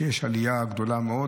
שיש בהן עלייה גדולה מאוד.